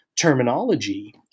terminology